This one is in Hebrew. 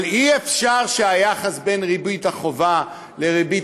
אבל אי-אפשר שהיחס בין ריבית החובה לריבית